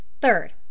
Third